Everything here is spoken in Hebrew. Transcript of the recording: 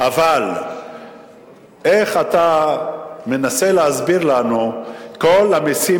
אבל איך אתה מנסה להסביר לנו את כל המסים